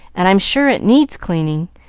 and i'm sure it needs cleaning,